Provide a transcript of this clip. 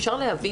אפשר להבין?